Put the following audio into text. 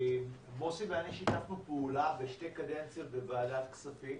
מוסי ואני שיתפנו פעולה בשתי קדנציות בוועדת כספים.